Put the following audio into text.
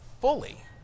fully